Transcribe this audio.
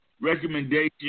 recommendation